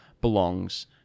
belongs